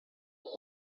team